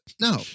no